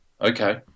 Okay